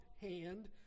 hand